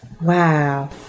Wow